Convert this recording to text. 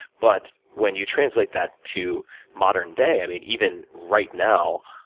but when you translate that to modern day, i mean, even right now,